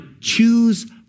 choose